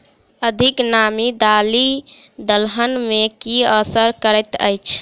अधिक नामी दालि दलहन मे की असर करैत अछि?